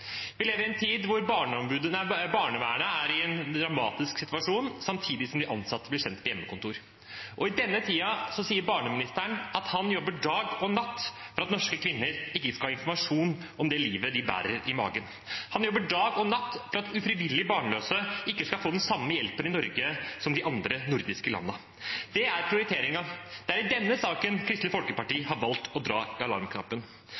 Vi lever i en tid der barnevernet er i en dramatisk situasjon, samtidig som de ansatte blir sendt til hjemmekontor. I denne tiden sier barneministeren at han jobber dag og natt for at norske kvinner ikke skal ha informasjon om det livet de bærer i magen. Han jobber dag og natt for at ufrivillig barnløse i Norge ikke skal få den samme hjelpen som i de andre nordiske landene. Det er prioriteringen. Det er i denne saken Kristelig Folkeparti har valgt å trykke på alarmknappen.